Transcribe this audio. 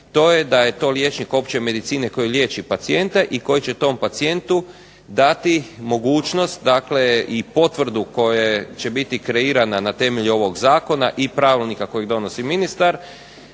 to je da je to liječnik opće medicine koji liječi pacijenta i koji će tom pacijentu dati mogućnost, dakle i potvrdu koja će biti kreirana na temelju ovog Zakona i Pravilnika kojega donosi ministar,